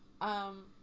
Um-